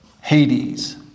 Hades